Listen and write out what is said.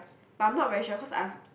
but I'm not very sure cause I've